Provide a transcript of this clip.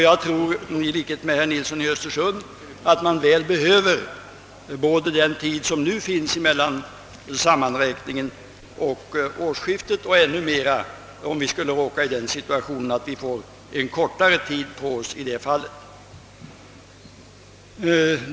Jag tror liksom herr Nilsson i Östersund att man väl behöver den tid som förflyter mellan sammanräkningen och årsskiftet, allra helst om vi skulle råka i den situationen att tiden däremellan blir kortare.